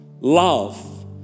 love